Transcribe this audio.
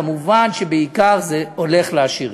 וכמובן שבעיקר זה הולך לעשירים.